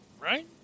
right